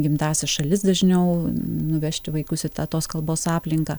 gimtąsias šalis dažniau nuvežti vaikus į tą tos kalbos aplinką